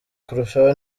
kurushaho